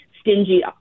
stingy